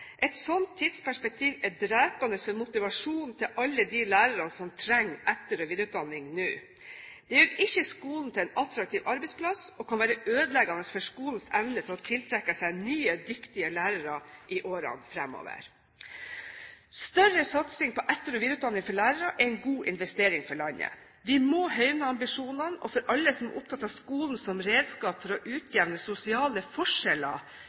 Et sånt tidsperspektiv er drepende for motivasjonen til alle de lærerne som trenger etter- og videreutdanning nå. Det gjør ikke skolen til en attraktiv arbeidsplass, og kan være ødeleggende for skolens evne til å tiltrekke seg nye dyktige lærere i årene fremover. Større satsing på etter- og videreutdanning for lærere er en god investering for landet. Vi må høyne ambisjonene, og for alle som er opptatt av skolen som redskap for å utjevne sosiale forskjeller,